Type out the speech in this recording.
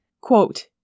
Quote